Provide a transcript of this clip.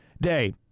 day